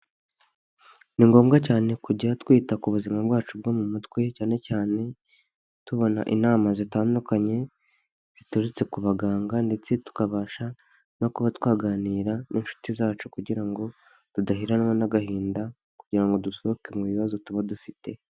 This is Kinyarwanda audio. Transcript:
Ni ngombwa cyane kujya twita ku buzima bwacu bwo mu mutwe, cyane cyane tubona inama zitandukanye ziturutse ku baganga ndetse tukabasha no kuba twaganira n'inshuti zacu kugira ngo tudaheranwa n'agahinda, kugira dusohoke mu bibazo tuba dufite.